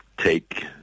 take